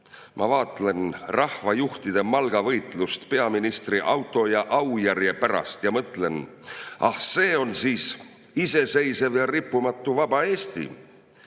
Ma vaatlen rahvajuhtide malgavõitlust peaministri auto ja (au)järje pärast ja mõtlen: ah, see on siis iseseisev ja rippumatu, vaba Eesti!